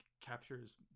captures